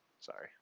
Sorry